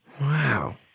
Wow